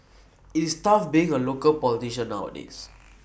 IT is tough being A local politician nowadays